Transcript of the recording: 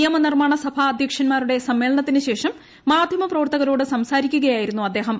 നിയമനിർമ്മാണ സഭാ അധ്യക്ഷന്മാരുടെ സമ്മേളനത്തിനുശേഷം മാധ്യമപ്രവർത്തകരോട് സംസാരിക്കുകയായിരുന്നു അദ്ദേഹം